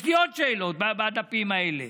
יש לי עוד שאלות בדפים האלה: